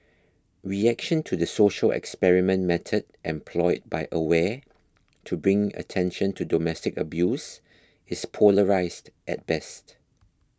reaction to the social experiment method employed by Aware to bring attention to domestic abuse is polarised at best